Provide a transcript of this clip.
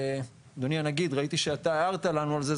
אדוני הנגיד ראיתי שאתה הערת לנו על זה,